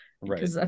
Right